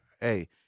hey